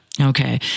Okay